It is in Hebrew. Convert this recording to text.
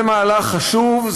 זה מהלך חשוב,